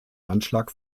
anschlag